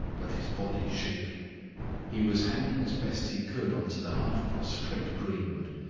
but his body shaken he was hanging as best he could on to the half-prostrate greenwood.